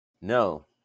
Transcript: No